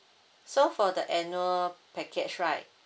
so for the annual package right